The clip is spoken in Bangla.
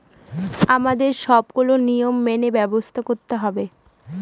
আমাদের সবগুলো নিয়ম মেনে ব্যবসা করতে হয়